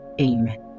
Amen